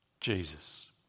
Jesus